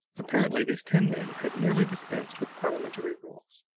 apparently these ten men had nearly dispensed with parlimentary rules.